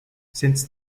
since